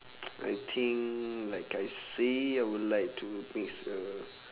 I think like I say I would like to mix a